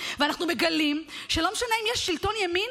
ואנחנו מגלים שלא משנה אם יש שלטון ימין,